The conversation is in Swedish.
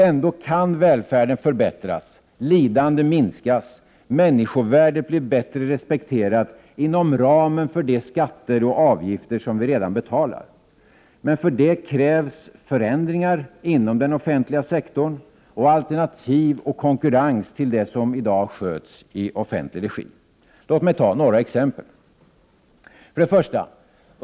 Ändå kan välfärden förbättras, lidande minskas, människovärdet bli bättre respekterat inom ramen för de skatter och avgifter som vi redan betalar. För det krävs dock förändringar inom den offentliga sektorn och alternativ och konkurrens till det som i dag sköts i offentlig regi. Låt mig ta några exempel. 1.